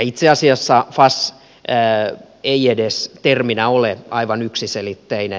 itse asiassa fas ei edes terminä ole aivan yksiselitteinen